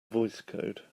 voicecode